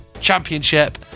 Championship